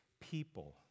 people